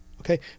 Okay